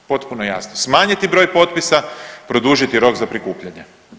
Potpuno jasno, smanjiti broj potpisa, produžiti rok za prikupljanje.